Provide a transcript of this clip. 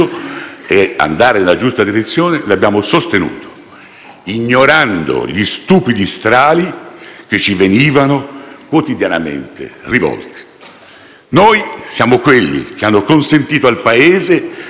ignorando gli stupidi strali che ci venivano quotidianamente rivolti. Noi siamo quelli che hanno consentito al Paese di fare uno scatto in avanti sul fronte dei diritti,